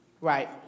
Right